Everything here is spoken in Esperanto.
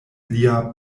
lia